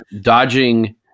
dodging